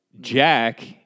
Jack